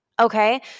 Okay